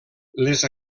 les